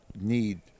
need